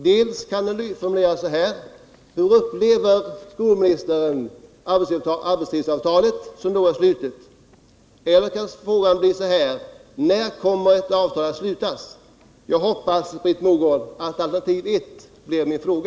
Dels kan den formuleras: Hur upplever skolministern arbetstidsavtalet som har slutits? Dels kan frågan bli: När kommer ett avtal att slutas? Jag hoppas, Britt Mogård, att alternativ ett blir min fråga.